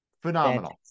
Phenomenal